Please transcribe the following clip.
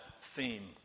theme